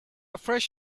fresh